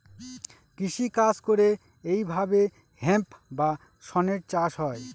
কৃষি কাজ করে এইভাবে হেম্প বা শনের চাষ হয়